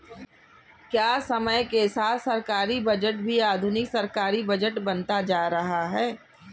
क्या समय के साथ सरकारी बजट भी आधुनिक सरकारी बजट बनता जा रहा है?